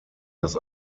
das